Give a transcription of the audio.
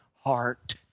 heart